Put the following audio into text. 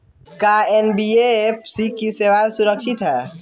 का एन.बी.एफ.सी की सेवायें सुरक्षित है?